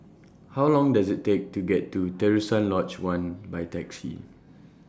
How Long Does IT Take to get to Terusan Lodge one By Taxi